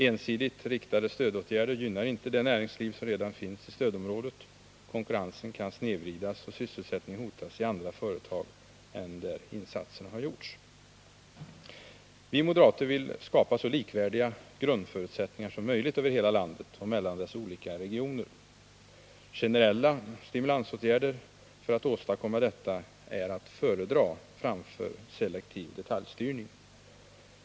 Ensidigt riktade stödåtgärder gynnar inte det näringsliv som redan finns i stödområdet. Konkurrensen kan snedvridas och sysselsättningen hotas i andra företag än där insatserna har gjorts. Vi moderater vill skapa så likvärdiga grundförutsättningar som möjligt över hela landet och mellan dess olika regioner. Generella stimulansåtgärder för att åstadkomma detta är att föredra framför sele” tiv detaljstyrning.